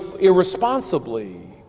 irresponsibly